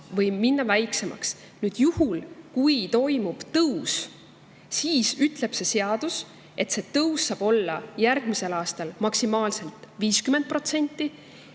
või minna väiksemaks. Juhul kui toimub tõus, siis ütleb seadus, et see tõus saab olla järgmisel aastal maksimaalselt 50%.